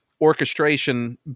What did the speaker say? orchestration